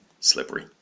Slippery